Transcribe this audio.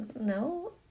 no